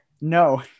No